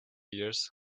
years